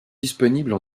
disponibles